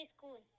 School